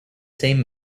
same